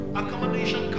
accommodation